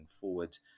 forward